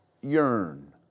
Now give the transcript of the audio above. yearn